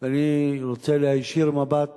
אני רוצה להישיר מבט